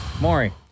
maury